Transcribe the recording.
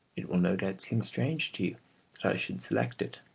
it will no doubt seem strange to you that i should select it.